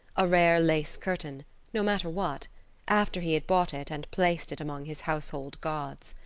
a rare lace curtain no matter what after he had bought it and placed it among his household gods.